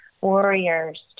warriors